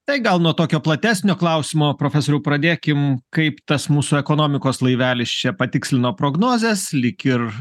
tai gal nuo tokio platesnio klausimo profesoriau pradėkim kaip tas mūsų ekonomikos laivelis čia patikslino prognozes lyg ir